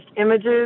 images